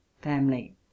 family